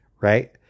right